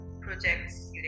projects